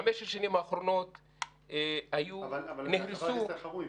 בחמש השנים האחרונות נכנסו --- אבל חבר הכנסת אלחרומי,